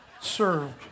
served